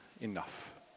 enough